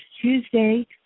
tuesday